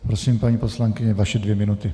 Prosím, paní poslankyně, vaše dvě minuty.